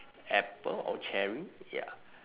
apple or cherry ya